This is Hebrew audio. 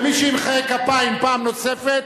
ומי שימחא כפיים פעם נוספת,